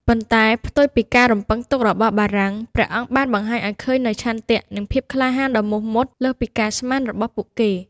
ប៉ុន្តែផ្ទុយពីការរំពឹងទុករបស់បារាំង ព្រះអង្គបានបង្ហាញឱ្យឃើញនូវឆន្ទៈ និងភាពក្លាហានដ៏មោះមុត លើសពីការស្មានរបស់ពួកគេ។